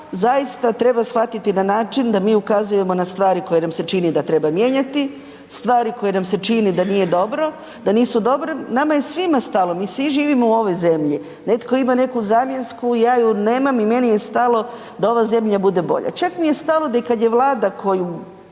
zaista treba shvatiti na način da mi ukazujemo na stvari koje nam se čini da treba mijenjati, stvari koje nam se čini da nije dobro, da nisu dobre, nama je svima stalno, mi svi živimo u ovoj zemlji. Netko ima neku zamjensku, ja je nemam i meni je stalo da ova zemlja bude bolja. Čak mi je stalo da i kad je Vlada koju,